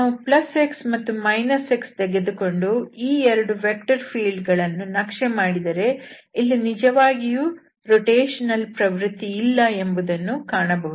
ನಾವು xಮತ್ತು x ತೆಗೆದುಕೊಂಡು ಈ 2 ವೆಕ್ಟರ್ ಫೀಲ್ಡ್ ಗಳನ್ನು ನಕ್ಷೆ ಮಾಡಿದರೆ ಇಲ್ಲಿ ನಿಜವಾಗಿಯೂ ಪರಿಕ್ರಮದ ಪ್ರವೃತ್ತಿಯಿಲ್ಲ ಎಂಬುದನ್ನು ಕಾಣಬಹುದು